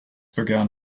began